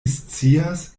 scias